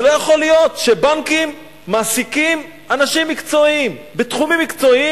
זה לא יכול להיות שבנקים מעסיקים אנשים מקצועיים בתחומים מקצועיים,